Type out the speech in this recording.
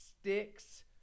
sticks